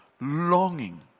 Longing